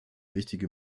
wichtige